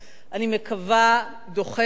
אני מקווה, דוחפת